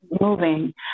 moving